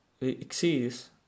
exceeds